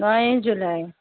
নয়ই জুলাই